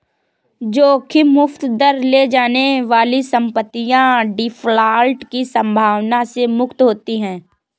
जोखिम मुक्त दर ले जाने वाली संपत्तियाँ डिफ़ॉल्ट की संभावना से मुक्त होती हैं